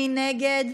מי נגד?